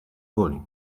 woli